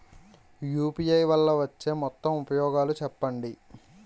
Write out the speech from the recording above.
UPI వల్ల వచ్చే మొత్తం ఉపయోగాలు చెప్పండి?